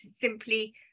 simply